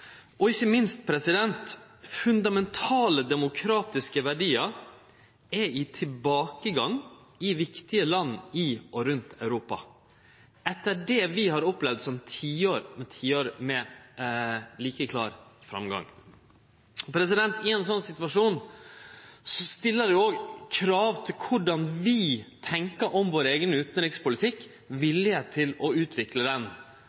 Ikkje minst er fundamentale demokratiske verdiar i tilbakegang i viktige land i og rundt Europa etter det vi har opplevd som tiår på tiår med like klar framgang. Ein slik situasjon stiller krav til korleis vi tenkjer om vår eigen utanrikspolitikk